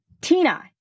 Tina